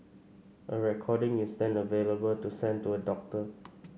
a recording is then available to send to a doctor